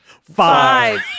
Five